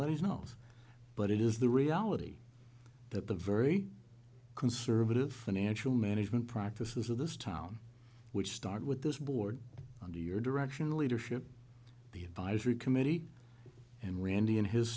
money is no but it is the reality that the very conservative financial management practices of this town which start with this board under your direction the leadership the advisory committee and randy and his